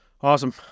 Awesome